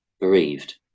bereaved